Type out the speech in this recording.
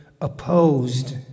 opposed